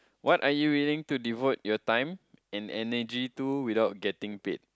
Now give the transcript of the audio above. what are you willing to devote your time and energy to without getting paid